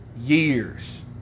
years